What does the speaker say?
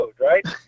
right